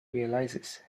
realizes